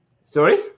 Sorry